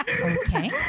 Okay